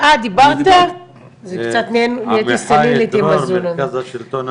זה לא עניין של חשוב יותר, זה עניין של מומחיות.